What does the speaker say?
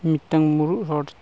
ᱢᱤᱫᱴᱟᱝ ᱢᱩᱨᱩᱜ ᱦᱚᱲ